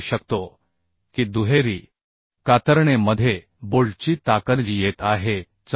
shear मध्ये बोल्टची ताकद येत आहे 74